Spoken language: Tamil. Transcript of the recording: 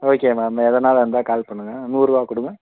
ஓகே மேம் எதுன்னாலும் இருந்தால் கால் பண்ணுங்கள் நூறுபா கொடுங்க